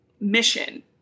mission